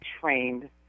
trained